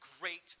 great